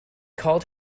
called